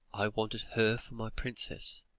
i wanted her for my princess.